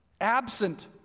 absent